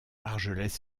argelès